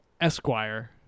Esquire